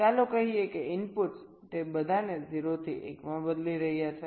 ચાલો કહીએ કે ઇનપુટ્સ તે બધાને 0 થી 1 માં બદલી રહ્યા છે